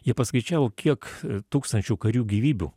jie paskaičiavo kiek tūkstančių karių gyvybių